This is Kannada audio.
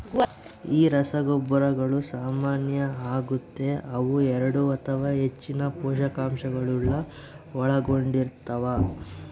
ಈ ರಸಗೊಬ್ಬರಗಳು ಸಾಮಾನ್ಯ ಆಗತೆ ಅವು ಎರಡು ಅಥವಾ ಹೆಚ್ಚಿನ ಪೋಷಕಾಂಶಗುಳ್ನ ಒಳಗೊಂಡಿರ್ತವ